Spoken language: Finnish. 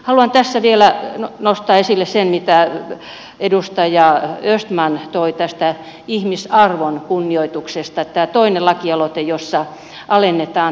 haluan tässä vielä nostaa esille sen mitä edustaja östman toi tästä ihmisarvon kunnioituksesta että tämä toinen lakialoite jossa alennetaan tätä abortin tekemisen rajaa